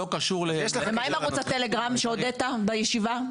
לא קשור --- מה עם ערוץ הטלגרם שהודית בישיבה?